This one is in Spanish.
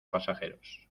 pasajeros